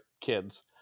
kids